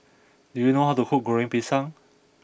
do you know how to cook Goreng Pisang